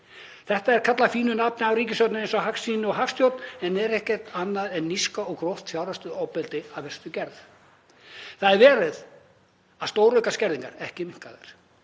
Þetta er kallað fínu nafni af ríkisstjórninni eins og hagsýni eða hagstjórn en er ekkert annað en níska og gróft fjárhagslegt ofbeldi af verstu gerð. Það er verið að stórauka skerðingar, ekki minnka þær.